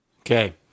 Okay